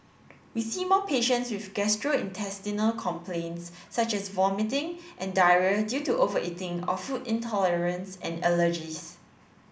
we see more patients with gastrointestinal complaints such as vomiting and diarrhoea due to overeating or food intolerance and allergies